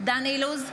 דן אילוז,